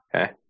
Okay